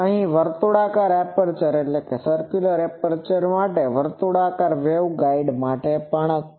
આ વર્તુળાકાર એપર્ચર માટે અને વર્તુળાકાર વેવગાઈડ માટે પણ છે